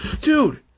Dude